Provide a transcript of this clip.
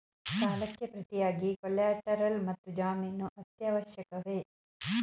ಸಾಲಕ್ಕೆ ಪ್ರತಿಯಾಗಿ ಕೊಲ್ಯಾಟರಲ್ ಮತ್ತು ಜಾಮೀನು ಅತ್ಯವಶ್ಯಕವೇ?